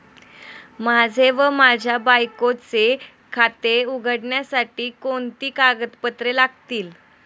माझे व माझ्या बायकोचे खाते उघडण्यासाठी कोणती कागदपत्रे लागतील?